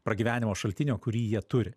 pragyvenimo šaltinio kurį jie turi